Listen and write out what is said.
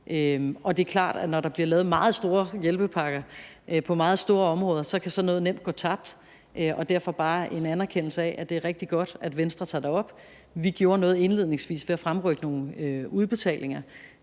Og det er klart, at når der bliver lavet meget store hjælpepakker på meget store områder, kan sådan noget nemt gå tabt. Derfor bare en anerkendelse af, at det er rigtig godt, at Venstre tager det op. Vi gjorde noget indledningsvis ved at fremrykke nogle udbetalinger,